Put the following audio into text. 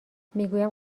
میگویم